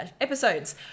episodes